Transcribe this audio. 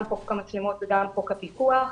גם חוק המצלמות וגם חוק הפיקוח,